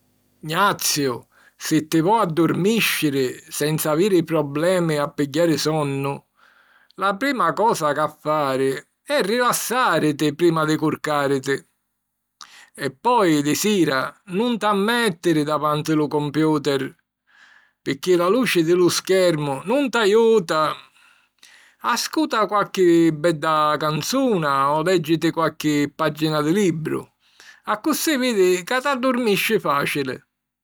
Gnaziu, si ti vo' addurmìsciri senza aviri problemi a pigghiari sonnu, la prima cosa c'ha' a fari è rilassàriti prima di curcàriti. E poi di sira nun t'ha' a mèttiri davanti lu compiùteri pirchì la luci di lu schermu nun t'aiuta. Ascuta qualchi bedda canzuna o lèggiti qualchi pàgina di libru. Accussì vidi ca t'addurmisci fàcili.